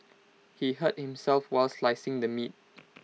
he hurt himself while slicing the meat